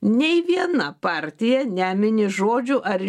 nei viena partija nemini žodžių ar